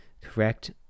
correct